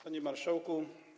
Panie Marszałku!